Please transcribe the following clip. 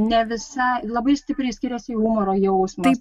ne visa labai stipriai skiriasi humoro jausmas